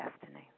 destiny